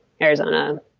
Arizona